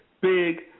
big